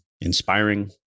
inspiring